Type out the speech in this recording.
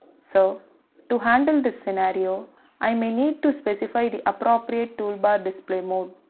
so to handle this scenario i may need to specify the appropriate toolbar display mode.